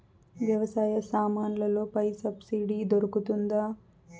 వ్యవసాయ సామాన్లలో పై సబ్సిడి దొరుకుతుందా?